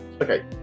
Okay